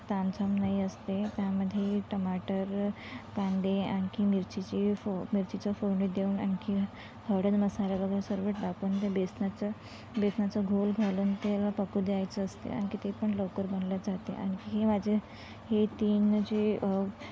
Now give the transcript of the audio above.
तामझाम नाही असते त्यामध्ये टमाटर कांदे आणखी मिरचीची फो मिरचीचं फोडणी देऊन आणखी हळद मसाला घालून सर्व टाकून ते बेसनाचं बेसनाचं घोल घालून त्याला पकू द्यायचं असते आणखी ते पण लवकर बनला जाते आणखी हे माझे हे तीन जे